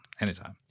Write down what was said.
Anytime